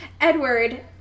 Edward